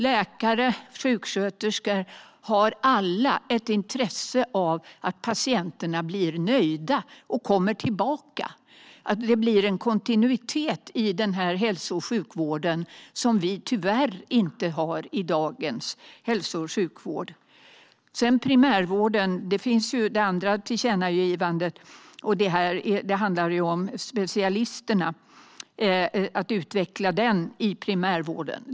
Läkare och sjuksköterskor har alla ett intresse av att patienterna blir nöjda och kommer tillbaka. Det blir en kontinuitet där som vi tyvärr inte har i dagens hälso och sjukvård. Det andra tillkännagivandet handlar om att utveckla specialistsjukvård i primärvården.